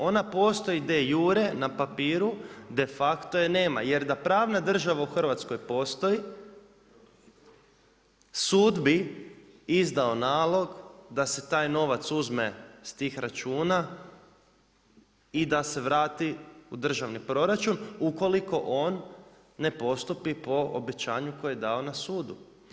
Ona postoji de iure, na papiru, de facto je nema jer da pravna država u Hrvatskoj postoji, sud bi izdao nalog da se taj novac uzme s tih računa i da se vrati u državni proračun ukoliko on ne postupi po obećanju koje je dao na sudu.